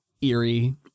eerie